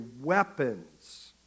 weapons